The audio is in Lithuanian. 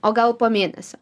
o gal po mėnesio